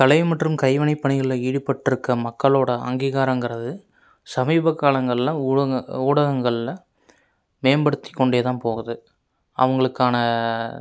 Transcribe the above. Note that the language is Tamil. கலை மற்றும் கைவினைப் பணிகளில் ஈடுபட்டிருக்க மக்களோடய அங்கீகாரம்கிறது சமீப காலங்களில் ஊடகம் ஊடகங்களில் மேம்படுத்திக் கொண்டேதான் போகுது அவங்களுக்கான